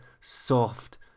soft